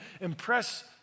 impress